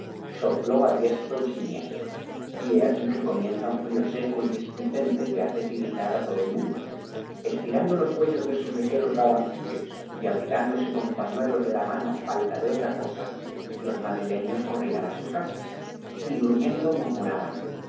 sopló á diestro y siniestro y he aquí que comienza un frío seco y displicente que hace tiritar á todo el mundo estirando los cuellos de sus ligeros gabancillos y abrigándose con pañuelos de la mano á falta de otra cosa los madrileños corrían á sus casas y gruñendo murmuraban